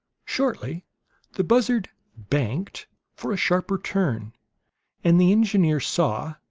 shortly the buzzard banked for a sharper turn and the engineer saw,